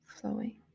flowing